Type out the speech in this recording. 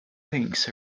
things